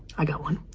i got one,